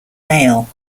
male